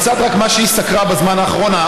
קצת ממה שהיא סקרה בזמן האחרון,